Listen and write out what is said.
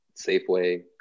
Safeway